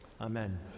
Amen